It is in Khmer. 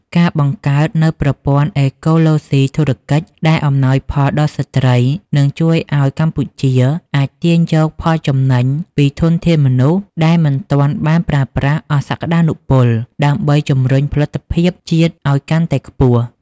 ការបង្កើតនូវប្រព័ន្ធអេកូឡូស៊ីធុរកិច្ចដែលអំណោយផលដល់ស្ត្រី នឹងជួយឱ្យកម្ពុជាអាចទាញយកផលចំណេញពីធនធានមនុស្សដែលមិនទាន់បានប្រើប្រាស់អស់សក្ដានុពល ដើម្បីជំរុញផលិតភាពជាតិឱ្យកាន់តែខ្ពស់។